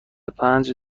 پنج